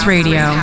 Radio